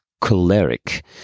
choleric